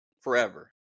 forever